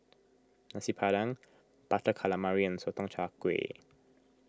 Nasi Padang Butter Calamari and Sotong Char Kway